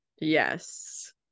Yes